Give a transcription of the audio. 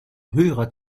hörer